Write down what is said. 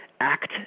act